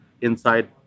inside